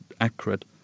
accurate